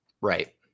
right